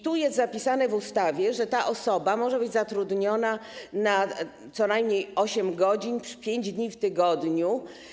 Tu jest zapisane w ustawie, że ta osoba może być zatrudniona na co najmniej 8 godzin 5 dni w tygodniu.